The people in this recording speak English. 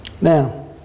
Now